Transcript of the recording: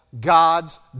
God's